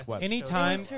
anytime